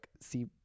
see